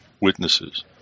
witnesses